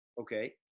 okay